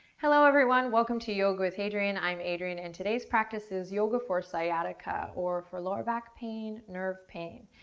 hello everyone. welcome to yoga with adriene. i'm adriene, and today's practice is yoga for sciatica or for lower back pain, nerve pain.